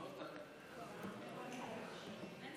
אין